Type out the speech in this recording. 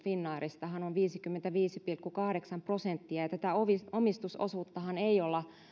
finnairista on viisikymmentäviisi pilkku kahdeksan prosenttia ja tätä omistusosuuttahan ei olla